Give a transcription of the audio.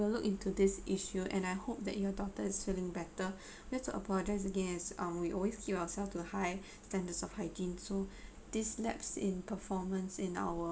to this issue and I hope that your daughter is feeling better we have to apologize again uh we always keep ourselves to the high standards of hygiene so this lapse in performance in our